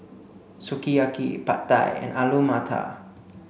Sukiyaki Pad Thai and Alu Matar